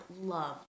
love